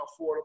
affordable